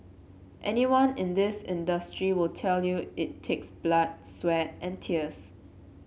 anyone in this industry will tell you it takes blood sweat and tears